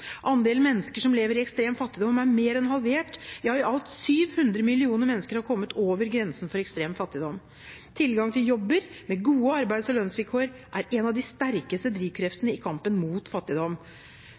Andelen mennesker som lever i ekstrem fattigdom, er mer enn halvert, ja i alt 700 millioner mennesker har kommet over grensen for ekstrem fattigdom. Tilgang til jobber med gode arbeids- og lønnsvilkår er en av de sterkeste